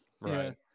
right